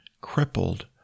crippled